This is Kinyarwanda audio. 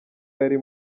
yari